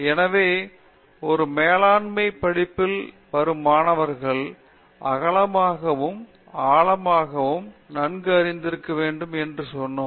எனவே ஒரு மேலாண்மை படிப்பிலிருந்து வரும் மாணவர்கள் அகலமாகவும் ஆழமாகவும் நன்கு அறிந்திருக்க வேண்டும் என்று சொன்னோம்